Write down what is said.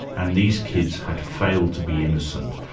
and these kids had failed to be innocent.